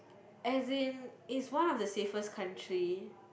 as in it's one of the safest country